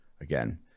again